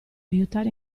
aiutare